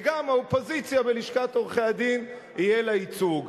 וגם האופוזיציה בלשכת עורכי-הדין יהיה לה ייצוג.